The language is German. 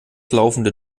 laufende